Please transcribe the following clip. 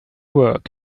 work